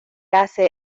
hace